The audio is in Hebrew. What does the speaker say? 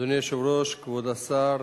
אדוני היושב-ראש, כבוד השר,